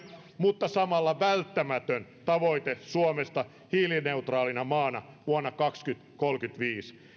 mutta samalla välttämätön tavoite suomesta hiilineutraalina maana vuonna kaksituhattakolmekymmentäviisi